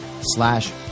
slash